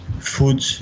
food